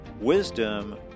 Wisdom